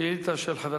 שאילתא מס'